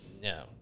No